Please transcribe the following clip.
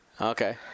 Okay